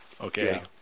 okay